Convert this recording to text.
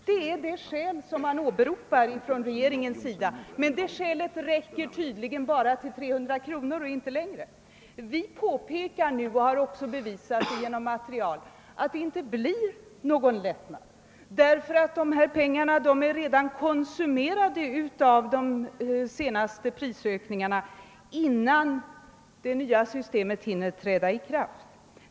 Det är de skäl som regeringen åberopar, men de skälen räcker tydligen bara till att föreslå 300 kr., inte mer. Vi påpekar nu och har också bevisat det genom material i detta avseende, att det inte blir någon lättnad därför att dessa pengar redan är konsumerade genom de senaste prisökningarna, innan det nya systemet hinner träda i kraft.